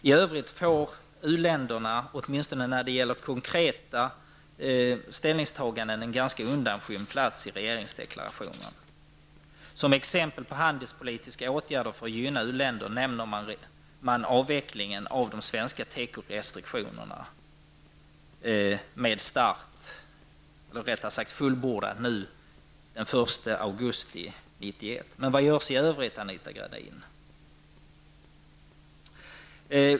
I övrigt får u-länderna åtminstone när det gäller konkreta ställningstaganden en ganska undanskymd plats i regeringsdeklarationen. Som exempel på handelspolitiska åtgärder för att gynna u-länder nämner man avvecklingen av de svenska teko-restriktionerna med början i augusti i år. Men vad görs i övrigt, Anita Gradin?